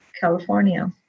California